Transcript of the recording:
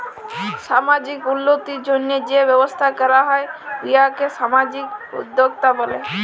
সামাজিক উল্লতির জ্যনহে যে ব্যবসা ক্যরা হ্যয় উয়াকে সামাজিক উদ্যোক্তা ব্যলে